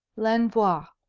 l'envoi